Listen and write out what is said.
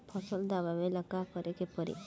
फसल दावेला का करे के परी?